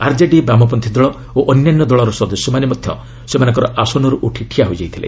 RJD ବାମପନ୍ନୀ ଦଳ ଓ ଅନ୍ୟାନ୍ୟ ଦଳର ସଦସ୍ୟମାନେ ମଧ୍ୟ ସେମାନଙ୍କର ଆସନରୁ ଉଠି ଠିଆ ହୋଇଯାଇଥିଲେ